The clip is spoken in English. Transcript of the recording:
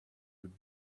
would